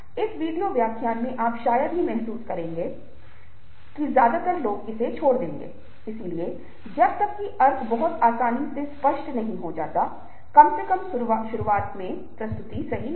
हमारे पास ध्वनियों को संगीत और अन्य चीजों को इन एनीमेशन से जोड़ने की क्षमता है और इस प्रकार हमारे पास एक बहुत शक्तिशाली उपकरण है जिसके माध्यम से किसी को संज्ञानात्मक रूप से जानकारी संचारित कर सकते हैं